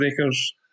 acres